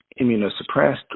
immunosuppressed